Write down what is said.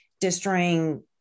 destroying